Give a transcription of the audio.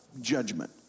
Judgment